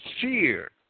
fear